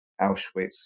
Auschwitz